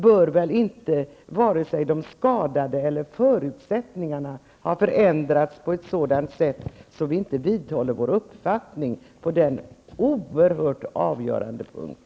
Vare sig situationen för de skadade eller förutsättningarna har väl inte förändrats på ett sådant sätt att vi inte kan vidhålla vår uppfattning på denna oerhört avgörande punkt.